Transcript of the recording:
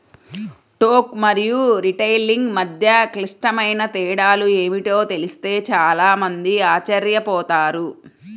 టోకు మరియు రిటైలింగ్ మధ్య క్లిష్టమైన తేడాలు ఏమిటో తెలిస్తే చాలా మంది ఆశ్చర్యపోతారు